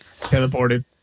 teleported